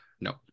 No